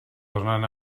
tornen